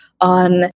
on